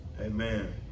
Amen